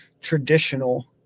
traditional